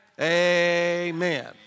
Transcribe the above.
Amen